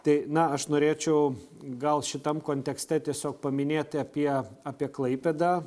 tai na aš norėčiau gal šitam kontekste tiesiog paminėti apie apie klaipėdą